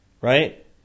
Right